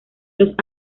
los